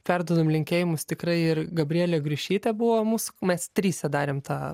perduodam linkėjimus tikrai ir gabrielė griušytė buvo mūsų mes tryse darėm tą